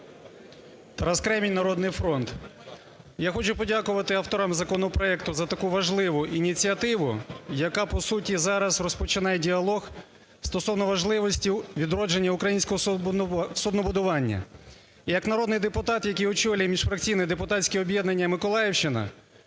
Тарас Кремінь, "Народний фронт". Я хочу подякувати авторам законопроекту за таку важливу ініціативу, яка по суті зараз розпочинає діалог стосовно важливості відродження українського суднобудування. І як народний депутат, який очолює міжфракційне депутатське об'єднання "Миколаївщина",